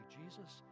jesus